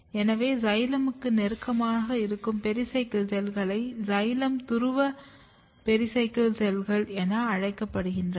எனவே சைலமுக்கு நெருக்கமாக இருக்கும் பெரிசைக்கிள் செல்களை சைலம் துருவ பெரிசைக்கிள் செல்கள் என அழைக்கப்படுகின்றன